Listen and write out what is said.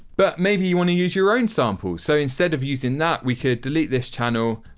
but maybe you want to use your own sample. so, instead of using that we could delete this channel.